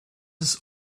ist